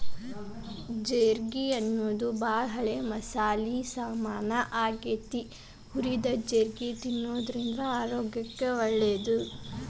ಜೇರ್ಗಿ ಅನ್ನೋದು ಬಾಳ ಹಳೆ ಮಸಾಲಿ ಸಾಮಾನ್ ಆಗೇತಿ, ಹುರಿದ ಜೇರ್ಗಿ ತಿನ್ನೋದ್ರಿಂದ ಪಚನಶಕ್ತಿ ಹೆಚ್ಚಾಗ್ತೇತಿ